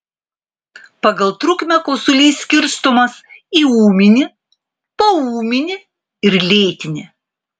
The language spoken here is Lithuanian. pagal trukmę kosulys skirstomas į ūminį poūminį ir lėtinį